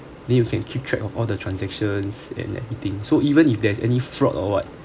then you can keep track of all the transactions and everything so even if there's any fraud or what